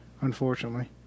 unfortunately